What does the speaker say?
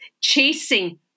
chasing